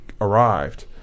arrived